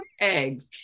eggs